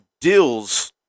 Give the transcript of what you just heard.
deals